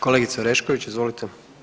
Kolegice Orešković, izvolite.